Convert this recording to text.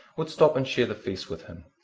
would stop and share the feast with him,